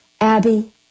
Abby